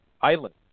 Island